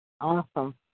Awesome